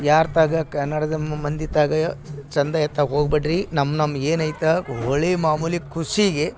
ಯಾರ್ತಾಗ ಕನ್ನಡದ ಮಂದಿತಾಗ ಚಂದ ಎತ್ತಾಕೆ ಹೋಗ್ಬೇಡ್ರಿ ನಮ್ಮ ನಮ್ದು ಏನು ಇದೆ ಹೋಳಿ ಮಾಮೂಲಿ ಖುಷಿಗೆ